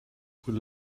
will